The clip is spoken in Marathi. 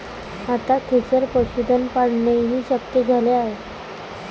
आता खेचर पशुधन पाळणेही शक्य झाले आहे